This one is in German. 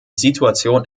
situation